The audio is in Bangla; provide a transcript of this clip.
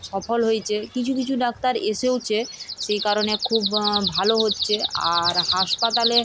সফল হয়েছে কিছু কিছু ডাক্তার এসেওছে সেই কারণে খুব ভালো হচ্ছে আর হাসপাতালে